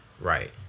Right